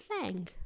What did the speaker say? slang